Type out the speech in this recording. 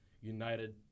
United